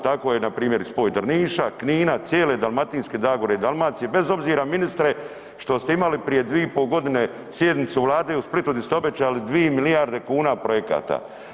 Tako je npr. i spoj Drniša, Knina, cijele Dalmatinske zagore i Dalmacije bez obzira ministre što ste imali prije 2,5 godine sjednicu Vlade u Splitu gdje ste obećali 2 milijarde kuna projekata.